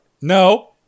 No